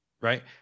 right